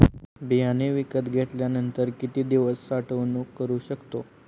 बियाणे विकत घेतल्यानंतर किती दिवस साठवणूक करू शकतो?